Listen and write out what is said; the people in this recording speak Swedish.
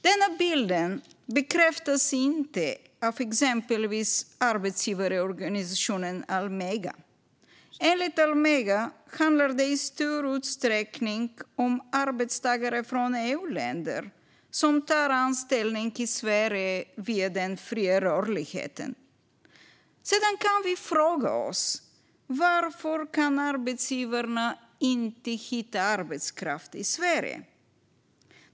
Denna bild bekräftas inte av exempelvis arbetsgivarorganisationen Almega. Enligt Almega handlar det i stor utsträckning om arbetstagare från EU-länder som tar anställning i Sverige via den fria rörligheten. Vi kan fråga oss varför arbetsgivarna inte kan hitta arbetskraft i Sverige.